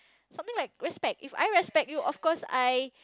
something like respect if I respect you of course I